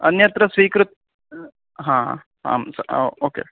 अन्यत्र स्वीकृत्य ह आम् ओके